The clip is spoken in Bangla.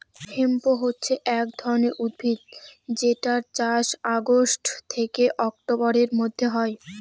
হেম্প হছে এক ধরনের উদ্ভিদ যেটার চাষ অগাস্ট থেকে অক্টোবরের মধ্যে হয়